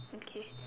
okay